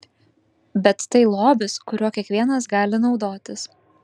bet tai lobis kuriuo kiekvienas gali naudotis